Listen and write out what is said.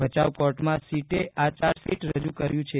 ભચાઉ કોર્ટમાં સીટે આ ચાર્જશીટ રજૂ કર્યું છે